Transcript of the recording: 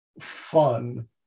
fun